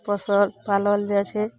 पशु आर पालल जाइ छै